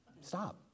Stop